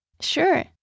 Sure